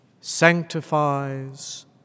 sanctifies